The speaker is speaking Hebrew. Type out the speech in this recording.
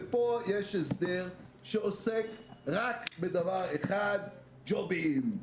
ופה יש הסדר שעוסק רק בדבר אחד ג'ובים.